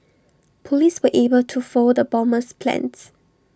Police were able to foil the bomber's plans